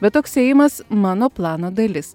bet toks ėjimas mano plano dalis